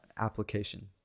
application